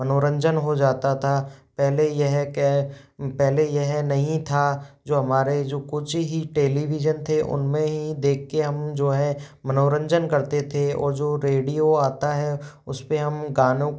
मनोरंजन हो जाता था पहले यह कह पहले यह नहीं था जो हमारे जो कुछ ही टेलीविजन थे उनमें हीं देख कर हम जो है मनोरंजन करते थे और जो रेडियो आता है उस पर हम गानों